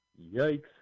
Yikes